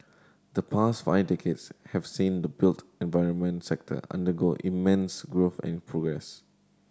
the past five decades have seen the built environment sector undergo immense growth and progress